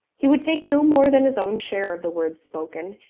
he would take no more than his own share of the words spoken,